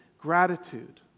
gratitude